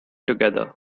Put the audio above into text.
together